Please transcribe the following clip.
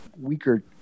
weaker